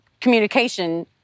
communication